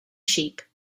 sheep